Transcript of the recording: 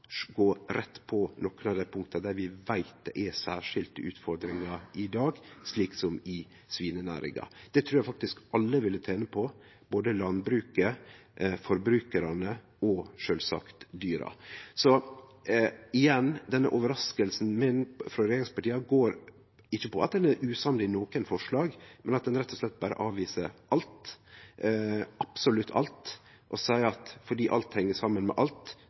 gå rett på nokre av dei punkta der vi veit det er særskilte utfordringar i dag, slik som i svinenæringa. Det trur eg faktisk alle ville tene på, både landbruket, forbrukarane og sjølvsagt dyra. Igjen: Denne overraskinga mi over regjeringspartia går ikkje på at ein er usamde i nokre forslag, men at ein rett og slett berre avviser alt – absolutt alt – og seier at fordi alt heng saman med alt,